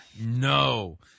No